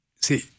see